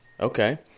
Okay